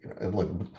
look